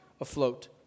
afloat